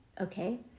okay